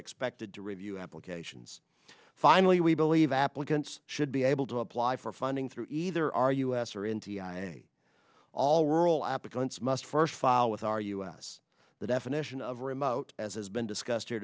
expected to review applications finally we believe applicants should be able to apply for funding through either our us or in t i a all rural applicants must first file with our us the definition of remote as has been discussed here